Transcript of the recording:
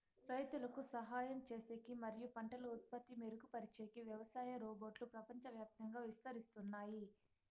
రైతులకు సహాయం చేసేకి మరియు పంటల ఉత్పత్తి మెరుగుపరిచేకి వ్యవసాయ రోబోట్లు ప్రపంచవ్యాప్తంగా విస్తరిస్తున్నాయి